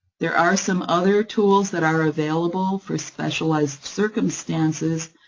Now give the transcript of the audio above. there are some other tools that are available for specialized circumstances,